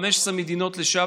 15 מדינות,